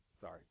Sorry